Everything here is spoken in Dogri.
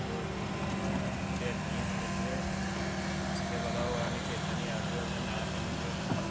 और कोई गेम ते ऐ निं ऐ साढ़े इद्धर ते केह् पता होऐ मिगी चेत्ता निं आवा दी होऐ में ना खेले दी होऐ